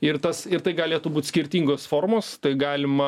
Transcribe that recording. ir tas ir tai galėtų būt skirtingos formos tai galima